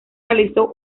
realizó